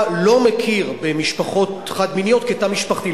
לא מכיר במשפחות חד-מיניות כתא משפחתי.